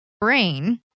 brain